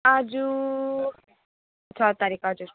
आज छ तारिक हजुर